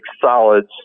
solids